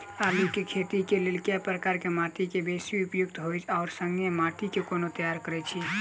आलु केँ खेती केँ लेल केँ प्रकार केँ माटि बेसी उपयुक्त होइत आ संगे माटि केँ कोना तैयार करऽ छी?